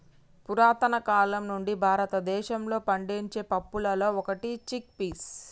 పురతన కాలం నుండి భారతదేశంలో పండించే పప్పులలో ఒకటి చిక్ పీస్